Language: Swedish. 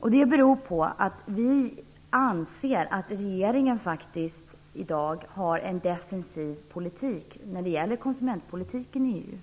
Det beror på att vi anser att regeringen i dag har en defensiv politik när det gäller konsumentpolitiken i EU.